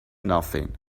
nothing